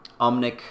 omnic